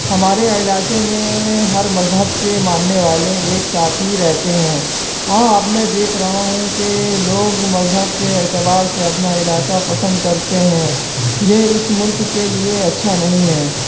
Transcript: ہمارے علاقے میں ہر مذہب کے ماننے والے ایک ساتھ ہی رہتے ہیں ہاں اب میں دیکھ رہا ہوں کہ لوگ مذہب کے اعتبار سے اپنا علاقہ پسند کرتے ہیں یہ اس ملک کے لیے اچھا نہیں ہے